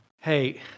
hey